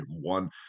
one